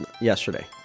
yesterday